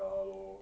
ya lor